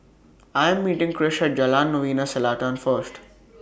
I Am meeting Krish At Jalan Novena Selatan First